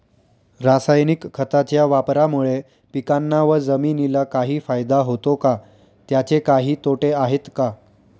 रासायनिक खताच्या वापरामुळे पिकांना व जमिनीला काही फायदा होतो का? त्याचे काही तोटे आहेत का?